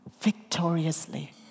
victoriously